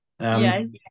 Yes